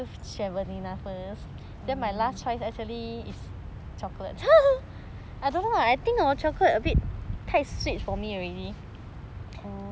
orh